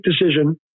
decision